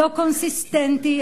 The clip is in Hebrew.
לא קונסיסטנטי.